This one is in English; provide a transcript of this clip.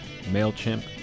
MailChimp